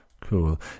cool